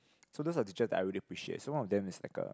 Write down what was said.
so those are the teachers that I really appreciate so one of them is like a